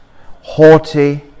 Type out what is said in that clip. haughty